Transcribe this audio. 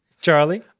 Charlie